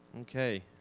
okay